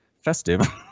festive